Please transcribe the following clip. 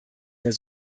mehr